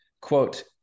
quote